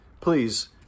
Please